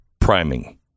priming